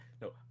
no